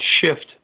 shift